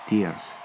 Tears